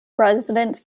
residents